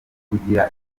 kugira